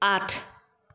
আঠ